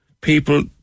people